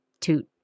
toot